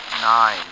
Nine